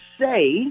say